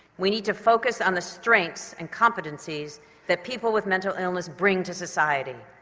we need to focus on the strengths and competencies that people with mental illness bring to society,